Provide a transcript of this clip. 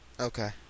Okay